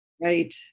Right